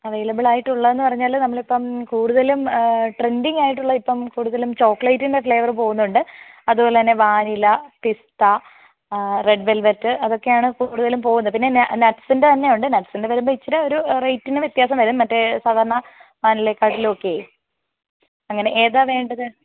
അവൈലബിളായിട്ടുള്ളതെന്ന് പറഞ്ഞാൽ നമ്മളിപ്പം കൂടുതലും ട്രെൻഡിങ് ആയിട്ടുള്ളത് ഇപ്പം കൂടുതലും ചോക്ലേറ്റിൻ്റെ ഫ്ലേവർ പോവുന്നുണ്ട് അതുപോലെ തന്നെ വാനില പിസ്ത റെഡ് വെൽവെറ്റ് അതൊക്കെയാണ് കൂടുതലും പോവുന്നത് പിന്നെ നട്ട്സിൻ്റെ തന്നെയുണ്ട് നട്സിൻ്റെ ഇച്ചിരെ ഒരു റേറ്റിന് വ്യത്യാസം വരും മറ്റേ സാധാരണ വാനിലേക്കാട്ടിലൊക്കെ അങ്ങനെ ഏതാണ് വേണ്ടത്